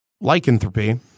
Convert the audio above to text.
Lycanthropy